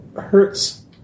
hurts